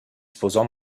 sposò